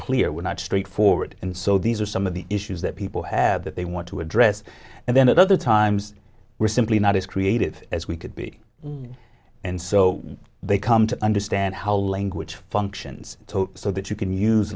clear we're not straightforward and so these are some of the issues that people have that they want to address and then at other times we're simply not as creative as we could be and so they come to understand how language functions so that you can use